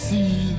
See